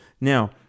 Now